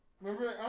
Remember